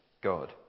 God